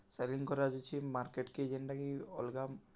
selling କରାଯାଉଛେ ମାର୍କେଟ୍କେ ଯେନ୍ଟାକି ଅଲ୍ଗା